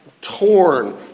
torn